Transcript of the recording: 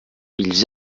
ils